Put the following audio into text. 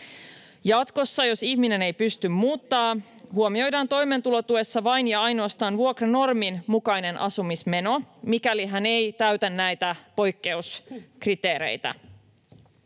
Jatkossa, jos ihminen ei pysty muuttamaan, huomioidaan toimeentulotuessa vain ja ainoastaan vuokranormin mukainen asumismeno, mikäli hän ei täytä näitä poikkeuskriteereitä.